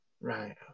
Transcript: Right